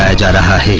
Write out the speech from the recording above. ah ah da da